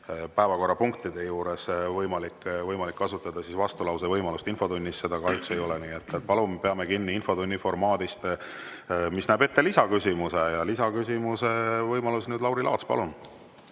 päevakorrapunktide juures võimalik kasutada vastulause võimalust. Infotunnis seda kahjuks ei ole. Nii et palun peame kinni infotunni formaadist, mis näeb ette lisaküsimuse. Ja lisaküsimuse võimalus on nüüd Lauri Laatsil. Palun!